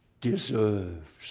deserves